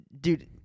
Dude